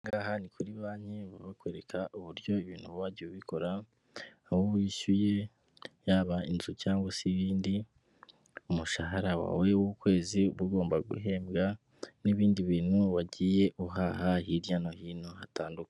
Ahaha kuri banki barakwereka uburyo ibintu wajya ubikora, aho wishyuye yaba inzu cyangwa se ibindi, umushahara wawe w'ukwezi uba ugomba guhembwa n'ibindi bintu wagiye uhaha hirya no hino hatandukanye.